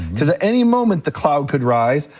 cause at any moment the cloud could rise.